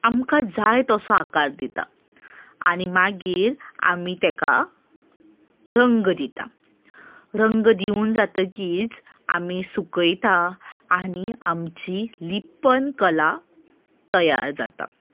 आमकां जाय तसो आकार दिता आनी मागीर आमी ताका रंग दिता रंग दिवन जातकीच आमी सुकयता आनी आमची लिप्पन कला तयार जाता